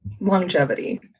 longevity